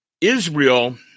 Israel